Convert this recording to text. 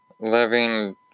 living